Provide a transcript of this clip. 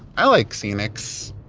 i like scenics,